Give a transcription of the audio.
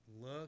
Look